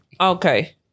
okay